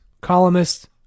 columnist